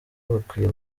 bakwiye